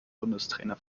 bundestrainer